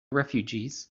refugees